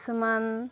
কিছুমান